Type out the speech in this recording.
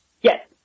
Yes